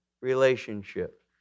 relationship